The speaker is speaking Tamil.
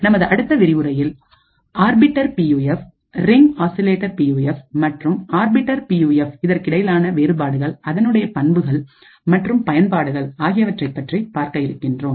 நமது அடுத்த விரிவுரையில் arbiter PUF ring oscillator P U F மற்றும் ஆர்பிட்டர் பி யூ எஃப் இதற்கிடையில் ஆன வேறுபாடுகள் அதனுடைய பண்புகள் மற்றும் பயன்பாடுகள் ஆகியவற்றை பற்றி பார்க்க இருக்கின்றோம்